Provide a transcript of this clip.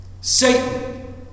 Satan